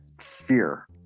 fear